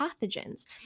pathogens